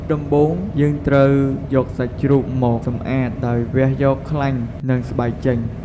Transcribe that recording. ដំបូងយើងត្រូវយកសាច់ជ្រូកមកសំអាតដោយវះយកខ្លាញ់និងស្បែកចេញ។